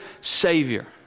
Savior